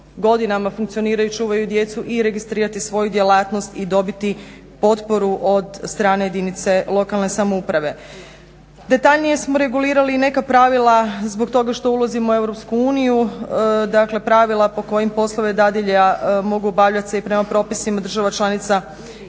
godinama funkcioniraju i čuvaju djecu i registrirati svoju djelatnost i dobiti potporu od strane jedinice lokalne samouprave. Detaljnije smo regulirali neka pravila zbog toga što ulazimo u EU, dakle pravila po kojim poslove dadilja mogu obavljati se i prema propisima država članica EU